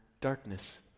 darkness